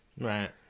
Right